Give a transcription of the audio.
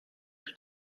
più